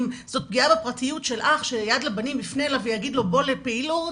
אם זו פגיעה בפרטיות של אח שיד לבנים יפנה אליו ויגיד לו 'בוא לפעילות',